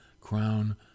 crown